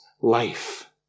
life